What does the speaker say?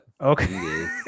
Okay